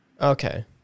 Okay